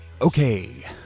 okay